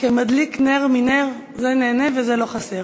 כמדליק נר מנר, זה נהנה וזה לא חסר.